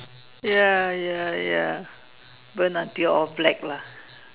ya ya ya burn until all black lah